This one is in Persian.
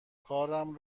کارم